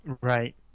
right